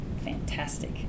fantastic